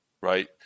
right